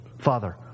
father